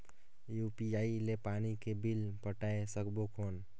UPI ले पानी के बिल पटाय सकबो कौन?